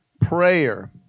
Prayer